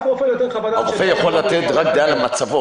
אף רופא לא ייתן חוות דעת --- הרופא יכול לתת רק דעה על מצבו,